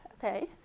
okay.